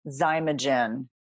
Zymogen